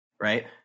right